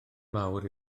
mawr